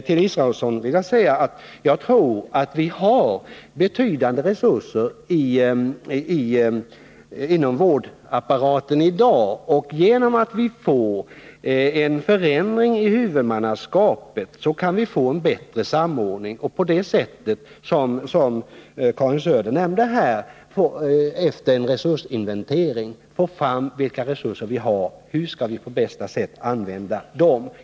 Till Per Israelsson vill jag säga att jag tror att vi i dag har betydande resurser inom vårdapparaten. Genom förändringarna i huvudmannaskapet kan vi få en bättre samordning. På det sättet — Karin Söder nämnde det här — kan vi efter en resursinventering få fram vilka resurser som finns och hur vi på bästa sätt skall använda dessa.